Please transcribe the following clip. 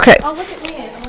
Okay